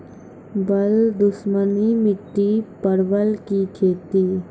बल दुश्मनी मिट्टी परवल की खेती?